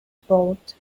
evolved